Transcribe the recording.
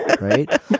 right